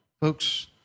Folks